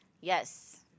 Yes